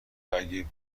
اگه